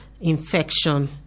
infection